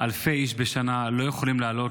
אלפי איש בשנה לא יכולים לעלות?